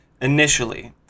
initially